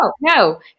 No